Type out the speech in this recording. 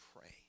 pray